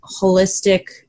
holistic